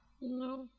No